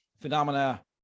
phenomena